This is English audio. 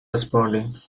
responding